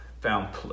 found